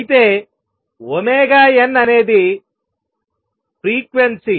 అయితే nఅనేది ఫ్రీక్వెన్సీ